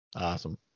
Awesome